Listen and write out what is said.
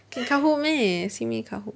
can kahoot meh simi kahoot